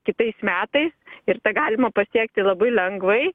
kitais metais ir tą galima pasiekti labai lengvai